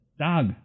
Dog